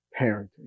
parenting